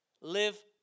Live